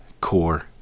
core